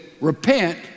repent